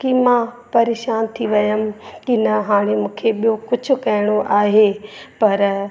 कि मां परेशान थी वियमि कि न हाणे मूंखे ॿियों कुझु करिणो आहे पर